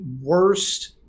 worst